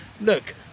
look